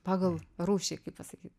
pagal rūšį kaip pasakyt